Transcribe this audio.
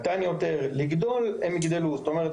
זאת אומרת,